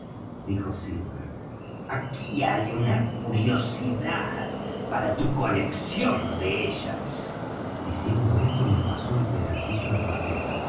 dijo silver aquí hay una curiosidad para tu colección de ellas diciendo esto me pasó el pedacillo de papel